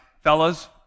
fellas